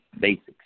basics